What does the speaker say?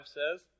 says